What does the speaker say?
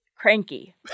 Cranky